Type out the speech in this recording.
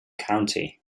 county